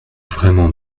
vraiment